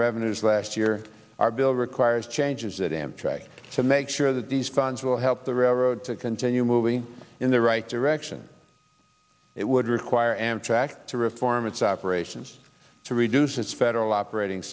revenues last year our bill requires changes that amtrak to make sure that these plans will help the railroad to continue moving in the right direction it would require amtrak to reform its operations to reduce its federal operating